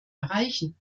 erreichen